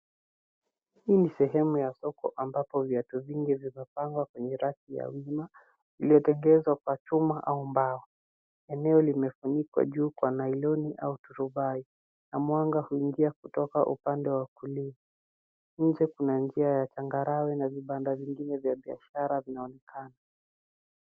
Hii ni sehemu ya soko ambapo viatu vingi vimepangwa kwenye raki ya wima iliyotengenezwa kwa chuma au mbao. Eneo limefunikwa juu kwa nylon au turubai na mwanga huingia kutoka upande wa kulia. Nje kuna njia ya changarawe na vibanda vingine vya biashara vinaonekana.